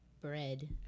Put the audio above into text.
bread